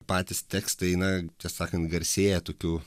patys tekstai na tiesa sakant garsėja tokiu